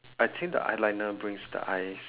I think the eyeliner brings the eyes